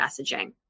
messaging